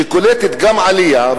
שקולטת גם עלייה,